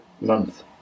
month